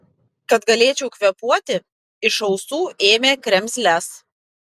kad galėčiau kvėpuoti iš ausų ėmė kremzles